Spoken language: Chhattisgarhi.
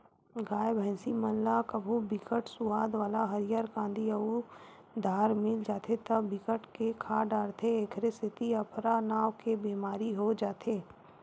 गाय, भइसी मन ल कभू बिकट सुवाद वाला हरियर कांदी अउ दार मिल जाथे त बिकट के खा डारथे एखरे सेती अफरा नांव के बेमारी हो जाथे